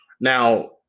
Now